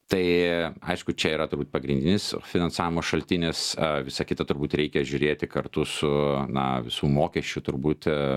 tai aišku čia yra turbūt pagrindinis finansavimo šaltinis visa kita turbūt reikia žiūrėti kartu su na visų mokesčių turbūt